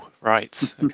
right